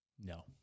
No